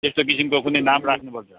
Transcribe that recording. त्यस्तो किसिमको कुनै नाम राख्नुपर्छ